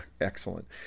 excellent